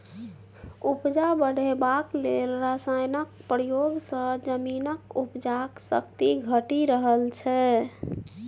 उपजा बढ़ेबाक लेल रासायनक प्रयोग सँ जमीनक उपजाक शक्ति घटि रहल छै